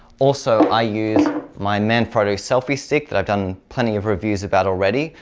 also i use my manfrotto selfie stick that i've done plenty of reviews about already.